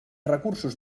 recursos